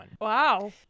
Wow